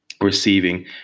receiving